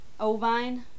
Ovine